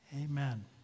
amen